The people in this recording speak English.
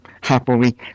happily